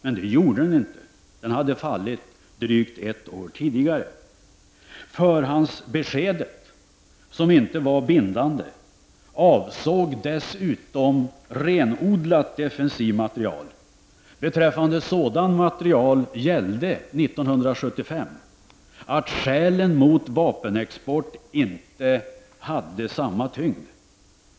Men det gjorde den inte — den hade fallit drygt ett år tidigare. penexport inte hade samma tyngd.